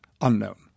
unknown